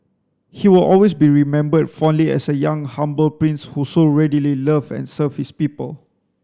he will always be remembered fondly as a young humble prince who so readily loved and served his people